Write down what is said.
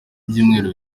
byumweru